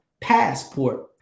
passport